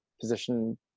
position